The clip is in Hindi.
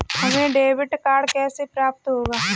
हमें डेबिट कार्ड कैसे प्राप्त होगा?